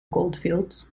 goldfields